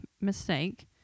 mistake